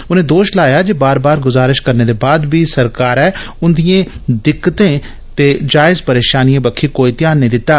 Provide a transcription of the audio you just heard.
उने दोश लाया जे बार बार गुजारश करने दे बाद बी सरकारे उंदिए दिक्कते ते जायज परेशानिए बक्खी कोई ध्यान नेई दित्ता